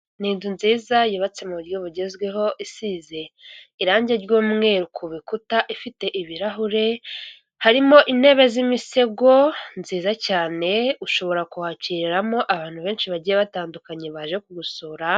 Ni inzu nziza yubatse mu buryo bugezweho isize irangi ry'umweru ku bikuta ifite ibirahure harimo, intebe z'imisego nziza cyane ushobora kuhakiriramo abantu benshi bagiye batandukanye baje kugusura.